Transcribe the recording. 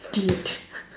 idiot